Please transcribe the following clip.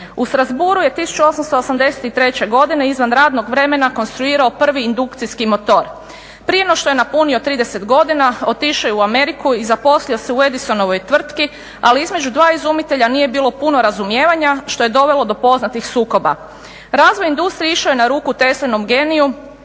U Strassbourgu je 1883. godine izvan radnog vremena konstruirao prvi indukcijski motor. Prije no što je napunio 30 godina otišao je u Ameriku i zaposlio se u Edisonovoj tvrtki, ali između dva izumitelja nije bilo puno razumijevanja što je dovelo do poznatih sukoba. Razvoj industrije išao je na ruku Teslinom geniju